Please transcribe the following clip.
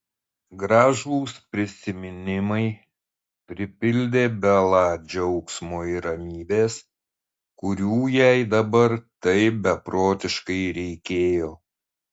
gražūs prisiminimai pripildė belą džiaugsmo ir ramybės kurių jai dabar taip beprotiškai reikėjo